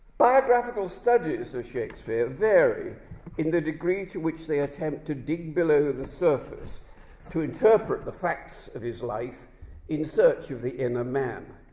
biographical studies of shakespeare vary in the degree to which they attempt to dig below the surface to interpret the facts of his life in search of the inner man.